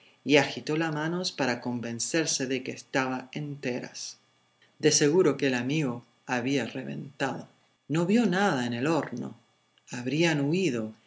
y agitó las manos para convencerse de que estaban enteras de seguro que el amigo había reventado no vio nada en el horno habrían huido